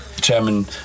chairman